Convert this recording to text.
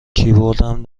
کیبوردم